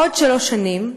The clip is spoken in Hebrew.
עוד שלוש שנים,